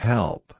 Help